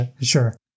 Sure